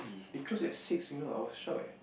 it close at six you know I was shock eh